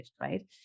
right